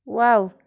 wow